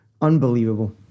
unbelievable